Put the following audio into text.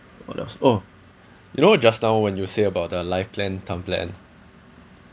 what else oh you know just now when you say about the life plan term plan